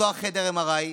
לפתוח חדר MRI,